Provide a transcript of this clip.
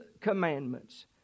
commandments